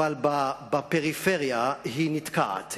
אבל בפריפריה היא נתקעת.